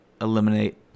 eliminate